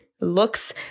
looks